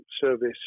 service